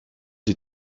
des